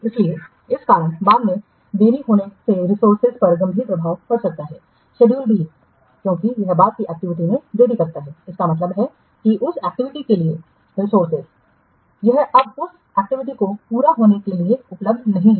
इसलिए इस कारण बाद में देरी होने से रिसोर्सेज पर गंभीर प्रभाव पड़ सकता है शेड्यूल भी क्योंकि यह बाद की एक्टिविटी में देरी करता है इसका मतलब है कि उस एक्टिविटी के लिए रिसोर्सेज यह अब उस एक्टिविटी के पूरा होने के लिए उपलब्ध नहीं है